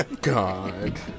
God